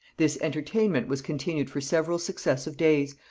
this entertainment was continued for several successive days,